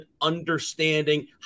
understanding